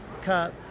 cup